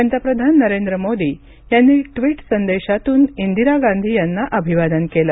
पंतप्रधान नरेंद्र मोदी यांनी ट्वीट संदेशातून इंदिरा गांधी यांना अभिवादन केलं